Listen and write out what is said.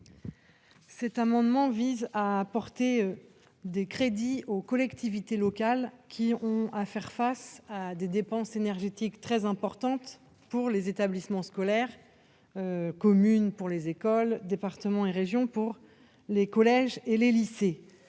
Cet amendement vise à porter des crédits aux collectivités locales, qui ont à faire face à des dépenses énergétiques très importante pour les établissements scolaires communes pour les écoles, département et région pour les collèges et les lycées,